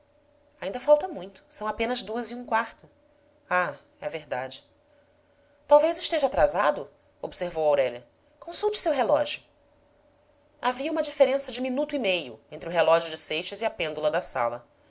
ainda falta muito são apenas duas e um quarto ah é verdade talvez esteja atrasado observou aurélia consulte seu relógio havia uma diferença de minuto e meio entre o relógio de seixas e a pêndula da sala